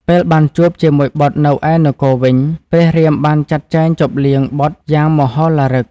ពេលបានជួបជាមួយបុត្រនៅឯនគរវិញ ព្រះរាមបានចាត់ចែងជប់លៀងបុត្រយ៉ាងមហោឡារិក។